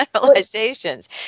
generalizations